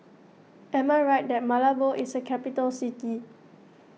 am I right that Malabo is a capital city